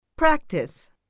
Practice